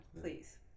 Please